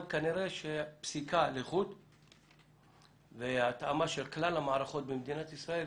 אבל כנראה שפסיקה לחוד והתאמה של כלל המערכות במדינת ישראל,